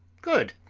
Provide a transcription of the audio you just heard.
good,